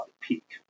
peak